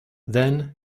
then